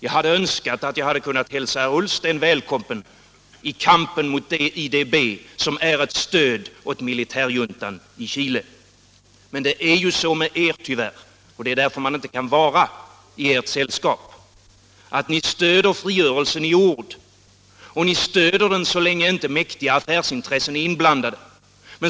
Jag hade önskat att jag kunnat hälsa herr Ullsten välkommen i kampen mot det IDB som är ett stöd åt militärjuntan i Chile. Men det är ju så med er tyvärr, och det är därför man inte kan vara i ert sällskap, att ni stöder frigörelsen i ord och ni stöder den så länge inte mäktiga affärsintressen är inblandade.